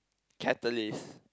catalyst